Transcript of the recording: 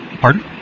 Pardon